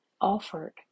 offered